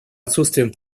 отсутствием